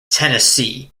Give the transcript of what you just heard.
tennessee